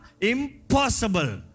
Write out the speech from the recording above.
impossible